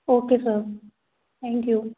okay sir thank you